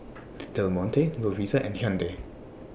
Del Monte Lovisa and Hyundai